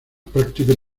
práctico